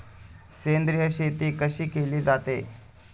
सेंद्रिय शेती कशी केली जाते?